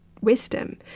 wisdom